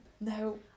No